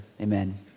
Amen